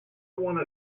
want